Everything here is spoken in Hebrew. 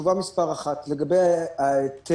תשובה מספר אחת לגבי ההיטל